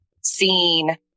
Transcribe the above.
scene